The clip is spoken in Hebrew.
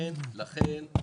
אני